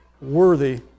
worthy